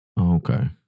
okay